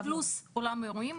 פלוס אולם אירועים,